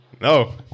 no